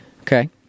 Okay